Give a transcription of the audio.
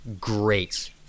great